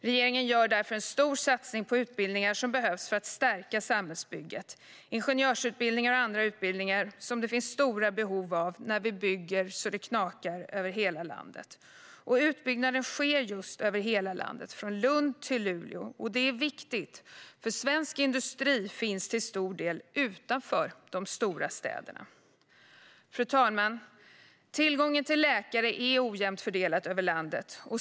Regeringen gör därför en stor satsning på utbildningar som behövs för att stärka samhällsbygget: ingenjörsutbildningar och andra utbildningar som det finns stora behov av när vi bygger så det knakar i hela landet. Utbyggnaden sker också i hela landet, från Lund till Luleå. Det är viktigt, för svensk industri finns till stor del utanför de stora städerna. Fru talman! Tillgången till läkare är ojämnt fördelad över landet.